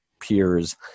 peers